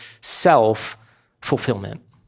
self-fulfillment